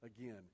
again